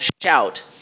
shout